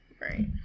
Right